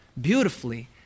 beautifully